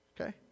okay